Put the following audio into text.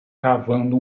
cavando